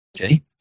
Okay